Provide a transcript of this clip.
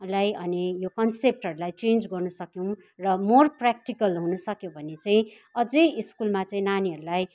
लाई अनि यो कन्सेप्टहरूलाई चेन्ज गर्नु सक्यौँ र मोर प्राक्टिकल हुनु सक्यो भने चाहिँ अझै स्कुलमा चाहिँ नानीहरूलाई